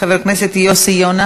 חברת הכנסת יעל כהן-פארן,